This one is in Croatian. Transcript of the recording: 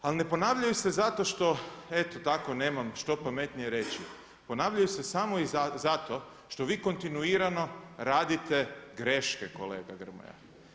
Ali ne ponavljaju se zato što eto tako nemam što pametnije reći, ponavljaju se samo i zato što vi kontinuirano radite greške kolega Grmoja.